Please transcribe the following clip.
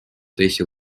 teisi